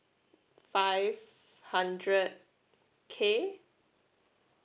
five hundred K